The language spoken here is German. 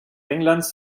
englands